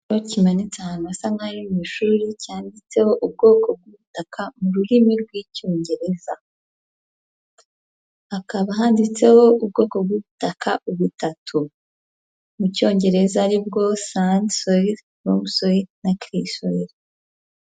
Igipapuro kimanitse ahantu hasa nk'aho ari mu ishuri cyanditseho ubwoko bw'ubutaka mu rurimi rw'Icyongereza. Hakaba handitseho ubwoko bw'ubutaka butatu mu Cyongereza ari bwo sand soil, loam soil na clay soil.